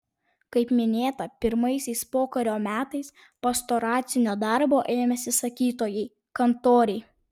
kaip minėta pirmaisiais pokario metais pastoracinio darbo ėmėsi sakytojai kantoriai